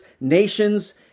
nations